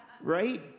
Right